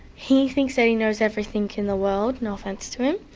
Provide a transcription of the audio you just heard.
he thinks that he knows everything in the world, no offence to him,